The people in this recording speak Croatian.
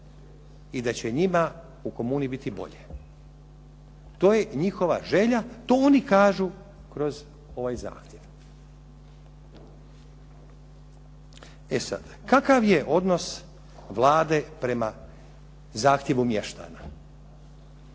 i da će njima u komuni biti bolje. To je njihova želja, to oni kažu kroz ovaj zahtjev. E sad, kakav je odnos Vlade prema zahtjevu mještana?